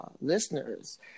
listeners